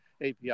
API